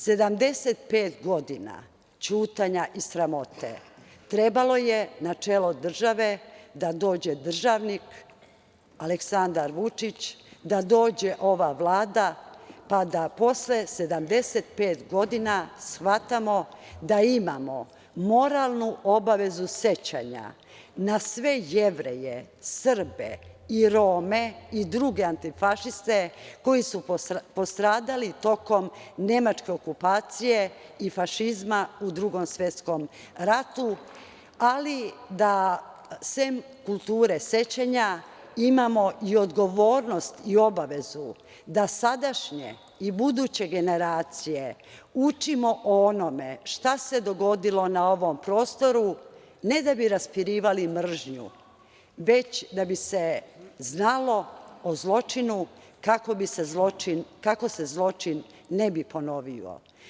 Sedamdeset pet godina ćutanja i sramote trebalo je na čelo države da dođe državnik Aleksandar Vučić, da dođe ova Vlada, pa da posle 75 godina shvatamo da imamo moralnu obavezu sećanja na sve Jevreje, Srbe, Rome i druge antifašiste koji su postradali tokom nemačke okupacije i fašizma u Drugom svetskom ratu, ali da sem kulture sećanja imamo i odgovornost i obavezu da sadašnje i buduće generacije učimo o onome šta se dogodilo na ovom prostoru, ne da bi raspirivali mržnju, već da bi se znalo o zločinu kako se zločin ne bi ponovio.